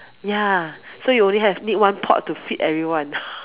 ya so you only have need one pot to feed everyone